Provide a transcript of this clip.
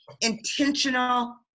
intentional